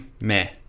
meh